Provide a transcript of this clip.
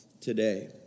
today